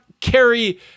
carry